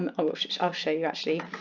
um oh i'll show you actually,